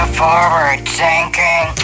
forward-thinking